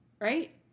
Right